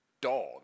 dog